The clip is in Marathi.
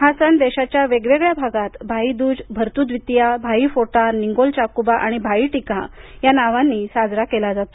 हा सण देशाच्या वेगवेगळ्या भागात भाई दूज भर्तु द्वितीया भाई फोटा निन्गोल चाकुबा आणि भाई टीका या नावांनी साजरा केला जातो